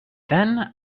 then